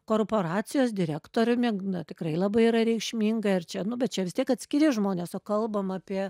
korporacijos direktoriumi na tikrai labai yra reikšminga ir čia nu bet čia vis tiek atskiri žmonės o kalbam apie